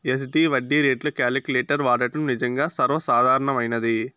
SD వడ్డీ రేట్లు calculator వాడడం నిజంగా సర్వసాధారణమైనది